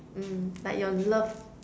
mm like your love